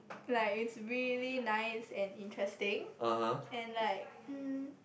like it's really nice and interesting and like um